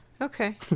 okay